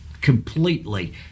completely